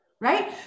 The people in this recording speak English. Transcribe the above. right